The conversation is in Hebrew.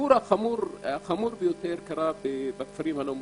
הסיפור החמור קרה בכפרים הלא מוכרים.